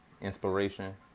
Inspiration